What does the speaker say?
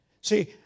See